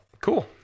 Cool